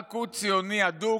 רק הוא ציוני אדוק,